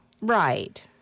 Right